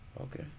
okay